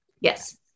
Yes